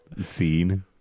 scene